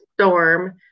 storm